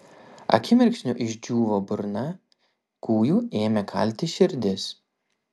akimirksniu išdžiūvo burna kūju ėmė kalti širdis